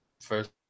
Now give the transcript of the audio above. first